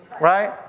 right